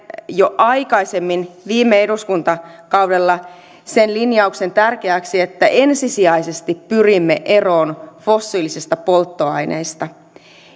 jo aikaisemmin viime eduskuntakaudella sen linjauksen tärkeäksi että ensisijaisesti pyrimme eroon fossiilisista polttoaineista